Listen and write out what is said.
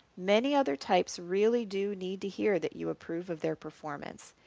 many other types really do need to hear that you approve of their performance,